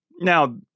Now